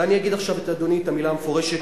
ואני אגיד עכשיו לאדוני את המלה המפורשת.